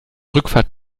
rückfahrt